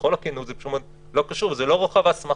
בכל הכנות, זה לא קשור, זה לא רוחב ההסמכה.